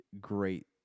great